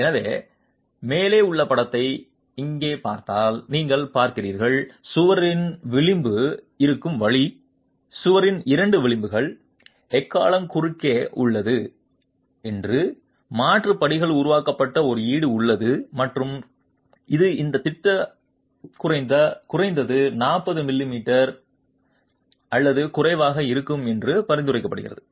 எனவே மேலே உள்ள படத்தை இங்கே பார்த்தால் நீங்கள் பார்க்கிறீர்கள் சுவரின் விளிம்பு இருக்கும் வழி சுவரின் இரண்டு விளிம்புகள் எக்காளம் குறுகிய உள்ளது என்று மாற்று படிப்புகள் உருவாக்கப்பட்ட ஒரு ஈடு உள்ளது மற்றும் அது இந்த திட்ட குறைந்தது 40மிமீ 40மிமீ அல்லது குறைவாக இருக்கும் என்று பரிந்துரைக்கப்படுகிறது